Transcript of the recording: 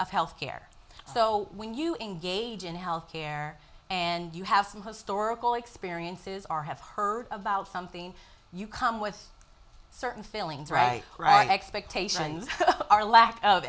of health care so when you engage in health care and you have some historical experiences are have heard about something you come with certain feelings right right expectations are lack of